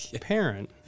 parent